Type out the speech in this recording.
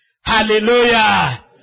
Hallelujah